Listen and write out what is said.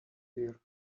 year